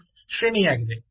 xx ಶ್ರೇಣಿಯಾಗಿದೆ